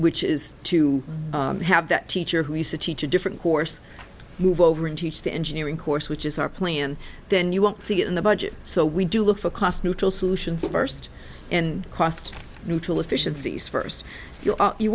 which is to have that teacher who used to teach a different course move over and teach the engineering course which is our plan then you won't see it in the budget so we do look for cost neutral solutions first and cost neutral efficiencies first you